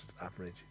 average